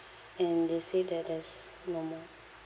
and they say that there's no more